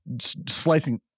slicing